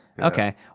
okay